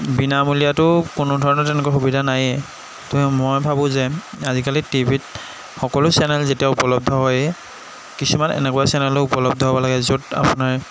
বিনামূলীয়াটো কোনোধৰণৰ তেনেকুৱা সুবিধা নায়ে তথাপি মই ভাবোঁ যে আজিকালি টি ভিত সকলো চেনেল যেতিয়া উপলব্ধ হৈয়ে কিছুমান এনেকুৱা চেনেলো উপলব্ধ হ'ব লাগে য'ত আপোনাৰ